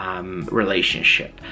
relationship